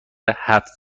هفت